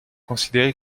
considéré